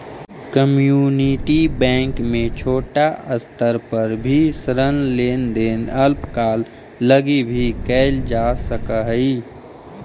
community bank में छोटा स्तर पर भी ऋण लेन देन अल्पकाल लगी भी कैल जा सकऽ हइ